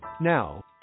Now